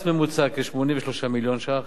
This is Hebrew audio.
מס ממוצע, כ-83 מיליון ש"ח,